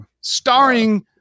Starring